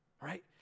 right